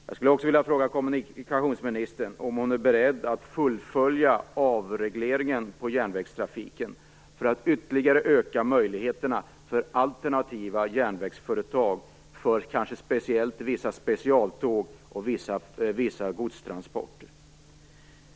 Jag skulle för det andra vilja fråga kommunikationsministern om hon är beredd att fullfölja avregleringen av järnvägstrafiken för att ytterligare öka möjligheterna för alternativa järnvägsföretag för kanske särskilt vissa specialtåg och vissa godstransporter.